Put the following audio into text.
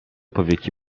powieki